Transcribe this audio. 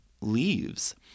leaves